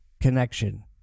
connection